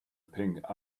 pink